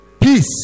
Peace